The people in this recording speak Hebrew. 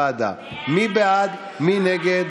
בוועדת כספים השבוע היה אולי מעשה שלא ייעשה: